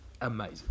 Amazing